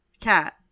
Cat